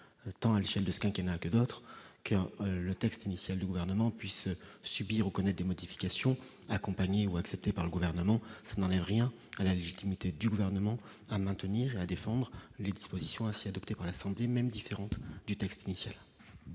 tant à l'échelle de ce quinquennat que d'autres que le texte initial du gouvernement puisse subir connaît des modifications accompagné ou accepté par le gouvernement, ça n'enlève rien à la légitimité du gouvernement à maintenir à défendre les dispositions assez adopté par l'Assemblée même différente du texte initial.